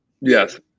Yes